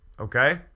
okay